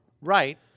Right